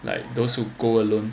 like those who go alone